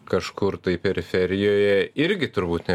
kažkur tai periferijoje irgi turbūt ne